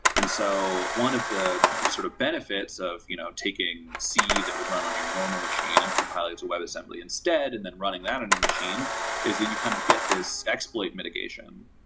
and so one of the sort of benefits of you know taking c that would run on your normal machine and compile it to webassembly instead and then running down your machine is that you kind of get this exploit mitigation,